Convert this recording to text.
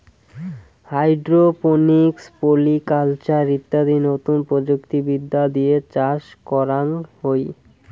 hydroponics, polyculture ইত্যাদি নতুন প্রযুক্তি বিদ্যা দিয়ে চাষ করাঙ হই